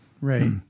right